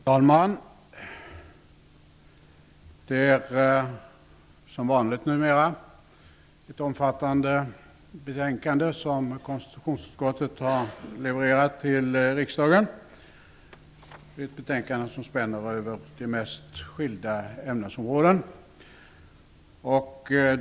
Fru talman! Det är som vanligt numera ett omfattande betänkande som konstitutionsutskottet har levererat till riksdagen, ett betänkande som spänner över de mest skilda ämnesområden.